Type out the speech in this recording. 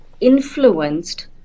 influenced